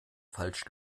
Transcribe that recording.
falsch